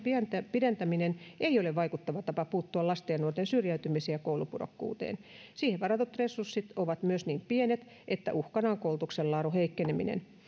pidentäminen ei ole vaikuttava tapa puuttua lasten ja nuorten syrjäytymiseen ja koulupudokkuuteen siihen varatut resurssit ovat myös niin pienet että uhkana on koulutuksen laadun heikkeneminen